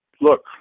look